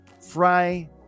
Fry